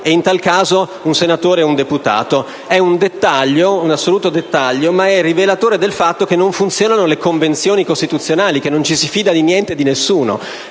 e, in tal caso, un senatore e un deputato». È un dettaglio, un assoluto dettaglio, ma è rivelatore del fatto che non funzionano le convenzioni costituzionali, che non ci si fida di niente e di nessuno.